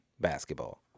basketball